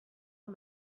amb